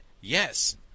yes